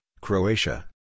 Croatia